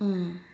mm